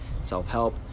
self-help